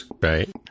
right